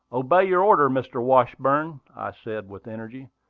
obey your order, mr. washburn! i said, with energy.